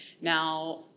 Now